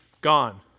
Gone